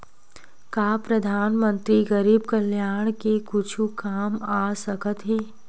का परधानमंतरी गरीब कल्याण के कुछु काम आ सकत हे